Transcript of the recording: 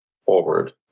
forward